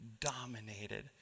dominated